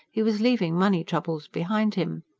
he was leaving money-troubles behind him.